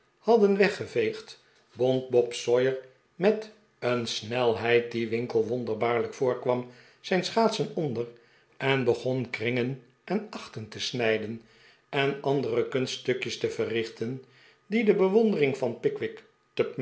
hadden weggeveegd bond bob sawyer met een snelheid die winkle wonderbaarlijk voorkwam zijn schaatsen ohder en begon kringen en achten te snijden en andere kunststukjes te verrichten die de bewondering van pickwick